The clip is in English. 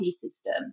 system